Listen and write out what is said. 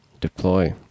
deploy